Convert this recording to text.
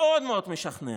מאוד מאוד משכנע.